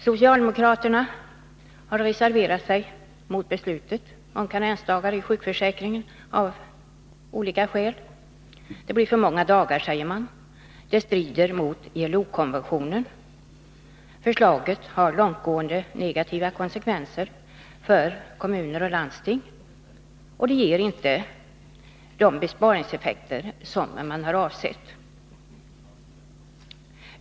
Socialdemokraterna har av olika skäl reserverat sig mot beslutet om karensdagar i sjukförsäkringen. De säger att det blir för många karensdagar, att förslaget strider mot ILO-konventionen och har långtgående negativa konsekvenser för kommuner och landsting samt att det inte ger de avsedda besparingseffekterna.